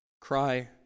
Cry